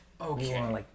Okay